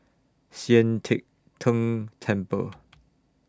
Sian Teck Tng Temple